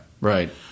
Right